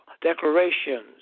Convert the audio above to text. declarations